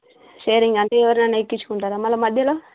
sharing అంటే ఎవరినన్నా ఎక్కించుకుంటారా మళ్ళీ మధ్యలో